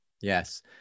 Yes